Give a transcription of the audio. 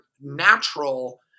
natural